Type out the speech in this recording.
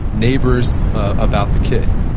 neighbors about the kid?